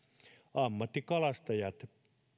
ammattikalastajat